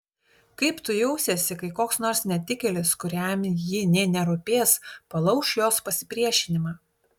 kaip tu jausiesi kai koks nors netikėlis kuriam ji nė nerūpės palauš jos pasipriešinimą